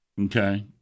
okay